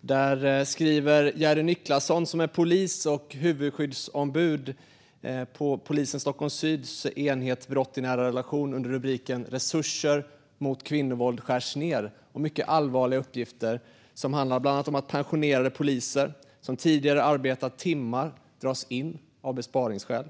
Där skriver Jerry Nicklasson, som är polis och huvudskyddsombud vid polisen Stockholm syds enhet brott i nära relationer, under rubriken "Resurser mot kvinnovåld skärs ned" om mycket allvarliga uppgifter. Det handlar bland annat om att pensionerade poliser som tidigare arbetat timmar dras in av besparingsskäl.